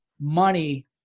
money